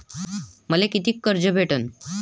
मले कितीक कर्ज भेटन?